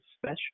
special